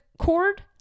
Cord